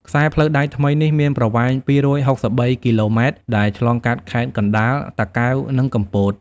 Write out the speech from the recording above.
ខ្សែផ្លូវដែកថ្មីនេះមានប្រវែង ២៦៣ គីឡូម៉ែត្រ ដែលឆ្លងកាត់ខេត្តកណ្តាល តាកែវ និងកំពត។